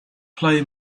play